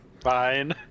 Fine